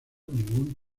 ningún